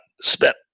spent